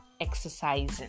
exercising